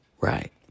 Right